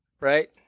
right